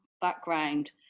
background